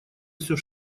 все